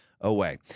away